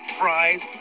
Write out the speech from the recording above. fries